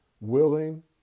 Willing